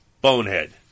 bonehead